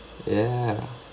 ya